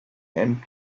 and